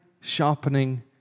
sharpening